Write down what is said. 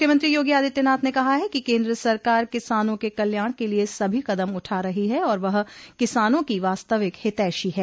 मुख्यमंत्री योगी आदित्यनाथ ने कहा है कि केन्द्र सरकार किसानों के कल्याण के लिये सभी कदम उठा रही है और वह किसानों की वास्तविक हितैषी है